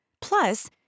Plus